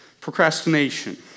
procrastination